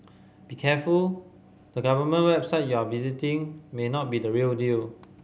be careful the government website you are visiting may not be the real deal